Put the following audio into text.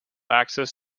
access